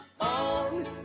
on